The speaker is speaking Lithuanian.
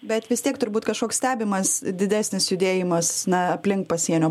bet vis tiek turbūt kažkoks stebimas didesnis judėjimas na aplink pasienio